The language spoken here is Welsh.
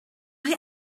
rhoi